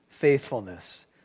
faithfulness